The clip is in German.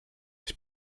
ich